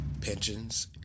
pensions